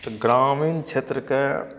तऽ ग्रामीण क्षेत्रके